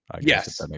Yes